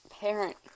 parent